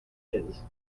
his